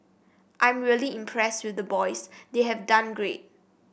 I'm really impressed with the boys they have done great